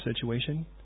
situation